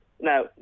No